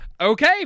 Okay